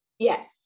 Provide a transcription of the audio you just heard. Yes